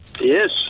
Yes